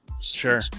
Sure